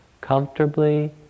comfortably